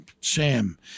Sam